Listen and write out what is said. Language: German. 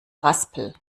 raspel